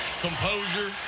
composure